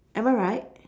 am I right